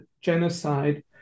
genocide